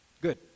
Good